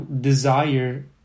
desire